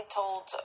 told